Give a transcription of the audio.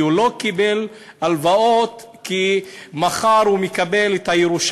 כי הוא לא קיבל הלוואות כי מחר הוא מקבל את הירושה